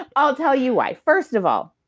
i'll tell you why. first of all,